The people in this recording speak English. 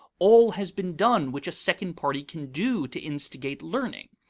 all has been done which a second party can do to instigate learning.